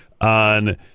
on